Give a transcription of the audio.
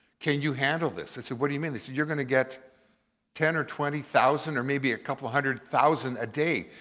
can you handle this? i said, what do you mean? they said, you're gonna get ten or twenty thousand or maybe a couple hundred thousand a day.